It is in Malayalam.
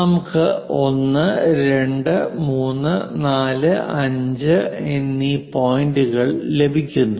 നമുക്ക് 1 2 3 4 5 എന്നീ പോയിന്റുകൾ ലഭിക്കുന്നു